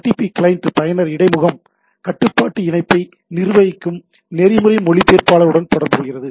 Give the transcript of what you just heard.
FTP client பயனர் இடைமுகம் கட்டுப்பாட்டு இணைப்பை நிர்வகிக்கும் நெறிமுறை மொழிபெயர்ப்பாளருடன் தொடர்பு கொள்கிறது